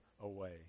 away